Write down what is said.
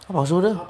他跑 shoulder